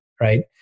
right